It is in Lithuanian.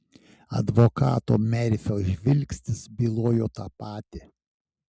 advokato merfio žvilgsnis bylojo tą patį